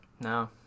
No